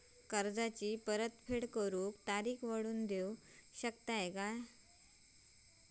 कर्जाची परत फेड करूक तारीख वाढवून देऊ शकतत काय?